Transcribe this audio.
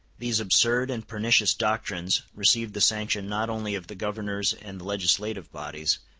these absurd and pernicious doctrines received the sanction not only of the governors and the legislative bodies,